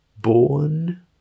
born